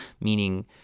meaning